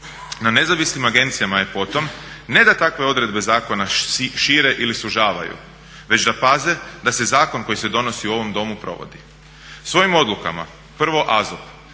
Na nezavisnim agencijama je potom ne da takve odredbe zakona šire ili sužavaju već da paze da se zakon koji se donosi u ovom domu provodi. Svojim odlukama prvo AZOP,